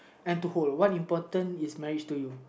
and to hold what important is marriage to you